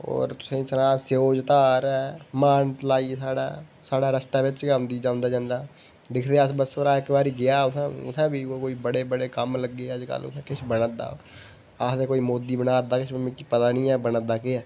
ते होर तुसेंगी सनांऽ सियोज धार ऐ मानतलाई साढ़े साढ़े रस्ते बिच गै औंदी जंदे दिखदे अस बस्सै रा इक्क बारी गेआ अं'ऊ ते उत्थै बी बड़े बड़े कम्म लग्गे दे अजकल उत्थै किश बना दा आखदे मोदी बना दा किश बाऽ मिगी पता निं ऐ